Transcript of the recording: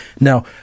Now